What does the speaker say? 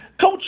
Coach